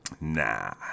Nah